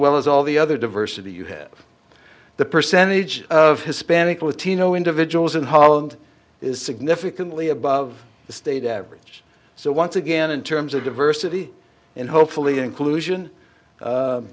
well as all the other diversity you have the percentage of hispanic latino individuals in holland is significantly above the state average so once again in terms of diversity and hopefully inclusion